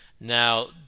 Now